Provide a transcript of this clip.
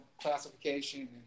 classification